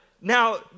Now